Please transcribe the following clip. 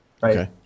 right